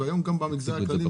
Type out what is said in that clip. והיום גם במגזר הכללי,